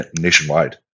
nationwide